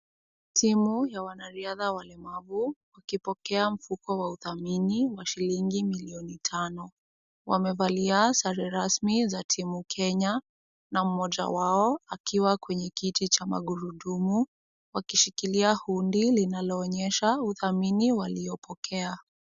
Timu ya wanariadha walemavu, wakipokea mfuko wa udhamini wa shilingi milioni tano. Wamevalia sare rasmi za timu Kenya na mmoja wao akiwa kwenye kiti cha magurudumu, wakishikilia hundi linaloonyesha udhamini wa waliopokea .